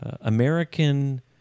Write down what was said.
...American